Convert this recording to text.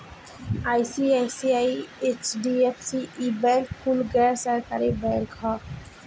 ICICI, HDFC, ई bank कुल गैर सरकारी बैंक ह